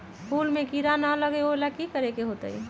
फूल में किरा ना लगे ओ लेल कि करे के होतई?